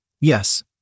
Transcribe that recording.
yes